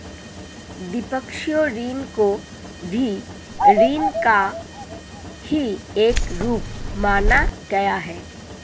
द्विपक्षीय ऋण को भी ऋण का ही एक रूप माना गया है